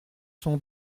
sont